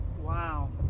Wow